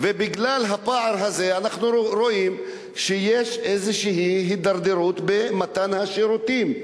בגלל הפער הזה אנחנו רואים שיש איזו הידרדרות במתן השירותים.